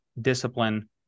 discipline